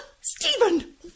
Stephen